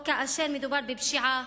או כאשר מדובר בפשיעה,